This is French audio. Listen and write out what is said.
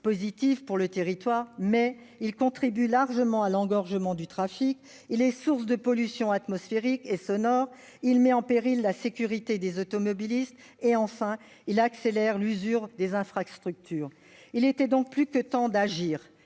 positive pour le territoire, mais contribue largement à l'engorgement du trafic, est source de pollution atmosphérique et sonore, met en péril la sécurité des automobilistes et accélère l'usure des infrastructures. Il était donc plus que temps d'agir